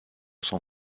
son